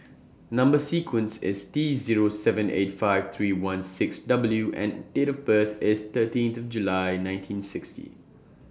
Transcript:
Number sequence IS T Zero seven eight five three one six W and Date of birth IS thirteenth of July nineteen sixty